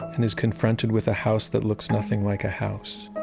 and is confronted with a house that looks nothing like a house.